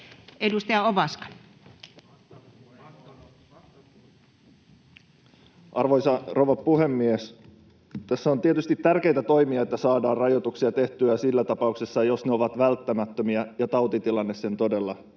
Content: Arvoisa rouva puhemies! Tässä on tietysti tärkeätä toimia, että saadaan rajoituksia tehtyä siinä tapauksessa, jos ne ovat välttämättömiä ja tautitilanne sen todella